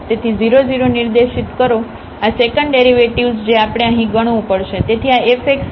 તેથી 00 નિર્દેશિત કરો આ સેકન્ડ ડેરિવેટિવ્ઝ જે આપણે અહીં ગણવું પડશે